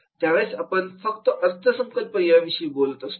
त्यावेळी आपण फक्त अर्थसंकल्प विषयी बोलतो